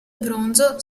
bronzo